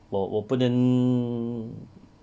我我不能